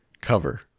cover